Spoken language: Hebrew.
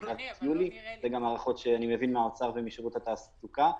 שזה גם מה שאני שומע מהאוצר ומשירות התעסוקה.